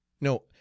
No